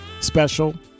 special